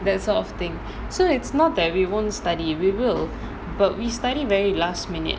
that sort of thing so it's not that we won't study we will but we study very last minute